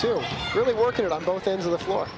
to really work it out on both ends of the floor